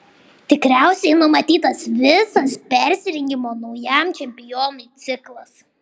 tikriausiai numatytas visas pasirengimo naujam čempionatui ciklas